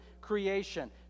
creation